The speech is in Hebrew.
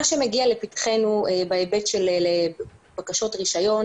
מה שמגיע לפתחנו בהיבט של בקשות רישיון,